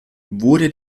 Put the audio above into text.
wurde